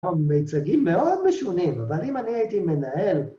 המצגים מאוד משונים, דברים אני הייתי מנהל.